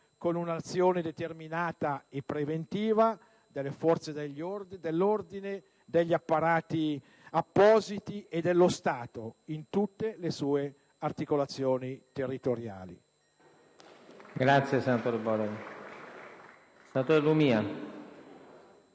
con un'azione determinata e preventiva delle forze dell'ordine, degli apparati appositi e dello Stato, in tutte le sue articolazioni territoriali. *(Applausi dal Gruppo LNP e del senatore Li